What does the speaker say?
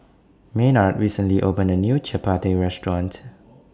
Maynard recently opened A New Chapati Restaurant